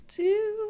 two